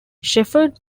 shepherd